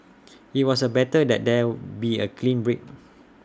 IT was A better that there be A clean break